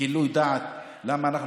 גילוי דעת למה אנחנו